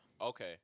Okay